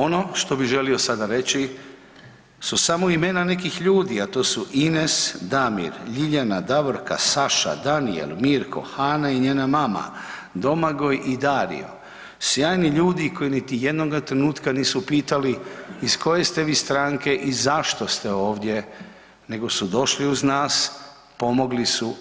Ono što bih želio sada reći su samo imena nekih ljudi, a to su Ines, Damir, Ljiljana, Davorka, Saša, Danijel, Mirko, Hana i njena mama, Domagoj i Dario sjajni ljudi koji niti jednoga trenutka nisu pitali iz koje ste vi stranke i zašto ste ovdje nego su došlu uz nas pomogli su